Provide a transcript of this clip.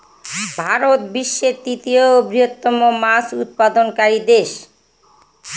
ভারত বিশ্বের তৃতীয় বৃহত্তম মাছ উৎপাদনকারী দেশ